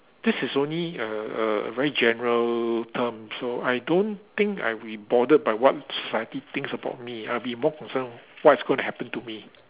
this is only a a very general term so I don't think I'll be bothered by what society thinks about me I'll be more concerned what is going to happen to me